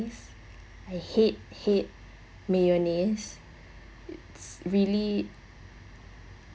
I hate hate mayonnaise it's really